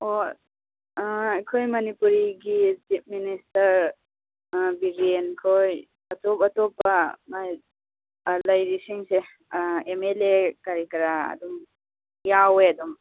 ꯑꯣ ꯑꯩꯈꯣꯏ ꯃꯅꯤꯄꯨꯔꯤꯒꯤ ꯆꯤꯐ ꯃꯤꯅꯤꯁꯇꯔ ꯕꯤꯔꯦꯟ ꯈꯣꯏ ꯑꯇꯣꯞ ꯑꯇꯣꯞꯄ ꯃꯥꯏ ꯂꯩꯔꯤꯁꯤꯡꯁꯦ ꯑꯦꯝ ꯑꯦꯜ ꯑꯦ ꯀꯔꯤ ꯀꯔꯥ ꯑꯗꯨꯝ ꯌꯥꯎꯑꯦ ꯑꯗꯨꯝ